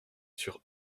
sur